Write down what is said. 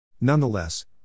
Nonetheless